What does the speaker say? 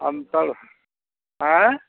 अंतर ऐं